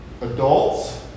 adults